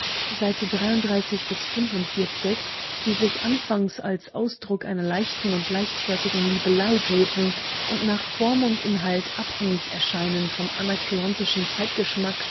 die sich anfangs als ausdruck einer leichten und leichtfertigen liebelei geben und nach form und inhalt abhängig erscheinen vom